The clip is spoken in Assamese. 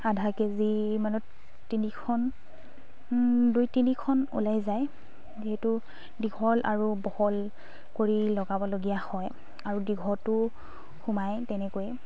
আধা কেজি মানত তিনিখন দুই তিনিখন ওলাই যায় যিহেতু দীঘল আৰু বহল কৰি লগাবলগীয়া হয় আৰু দীঘটো সোমায় তেনেকৈ